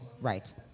right